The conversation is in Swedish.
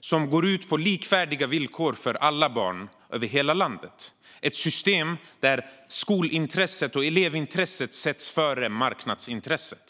som går ut på likvärdiga villkor för alla barn över hela landet. Vi vill ha ett system där skolintresset och elevintresset sätts före marknadsintresset.